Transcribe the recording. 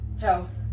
health